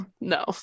No